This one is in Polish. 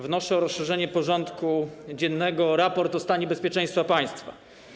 Wnoszę o rozszerzenie porządku dziennego o raport o stanie bezpieczeństwa państwa.